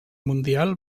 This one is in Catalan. mundial